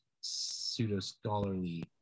pseudo-scholarly